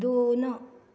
दोन